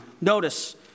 notice